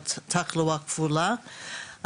של תחלואה כפולה,